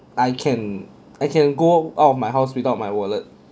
I can I can go out of my house without my wallet